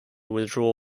withdraw